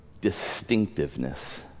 distinctiveness